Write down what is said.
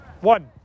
One